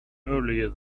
earlier